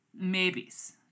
maybes